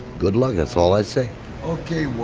good luck. that's all i say okay.